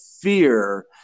fear